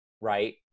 right